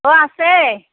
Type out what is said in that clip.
অ' আছে